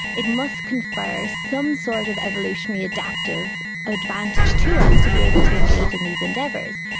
it must confer some sort of evolutionary adaptive advantage to us to be able to engage in these endeavours.